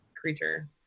creature